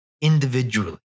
individually